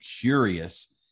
curious